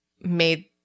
made